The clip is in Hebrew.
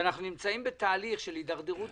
לא חוששת שאנחנו נמצאים בתהליך של הדרדרות